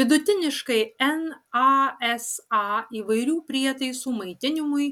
vidutiniškai nasa įvairių prietaisų maitinimui